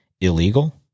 Illegal